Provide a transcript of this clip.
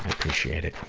appreciate it.